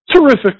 Terrific